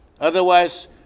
Otherwise